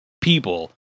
people